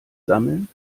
sammeln